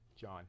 John